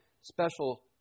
special